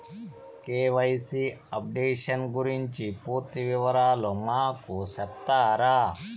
KYC updation గురించి పూర్తి వివరాలు మాకు సెప్తారా?